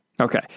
Okay